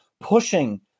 pushing